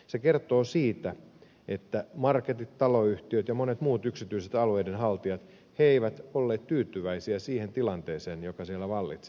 se kertoo siitä että marketit taloyhtiöt ja monet muut yksityiset alueiden haltijat eivät olleet tyytyväisiä siihen tilanteeseen joka siellä vallitsi